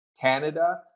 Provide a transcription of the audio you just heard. Canada